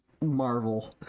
Marvel